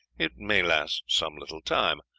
it may last some little time.